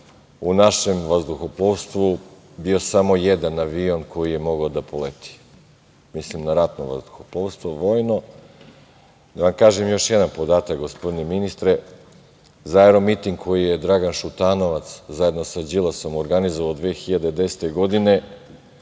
u našem vazduhoplovstvu bio samo jedan avion koji je mogao da poleti. Mislim na ratno vazduhoplovstvo, vojno. Da vam kažem još jedan podatak, gospodine ministre, za aeromiting koji je Dragan Šutanovac zajedno sa Đilasom organizovao 2010. godine.